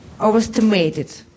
overestimated